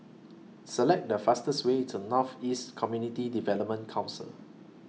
Select The fastest Way to North East Community Development Council